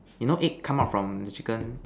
you know egg come out from the chicken